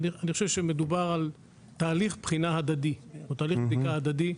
אני חושב שמדובר על תהליך בחינה הדדי או תהליך בדיקה הדדי.